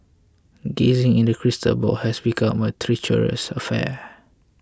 gazing into the crystal ball has become a treacherous affair